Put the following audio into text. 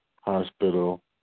hospital